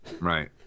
Right